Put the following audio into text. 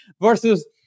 versus